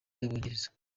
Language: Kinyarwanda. y’abongereza